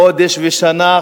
חודש ושנה,